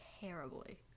terribly